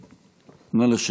(חברי הכנסת מכבדים בקימה את זכרו של המנוח.) נא לשבת.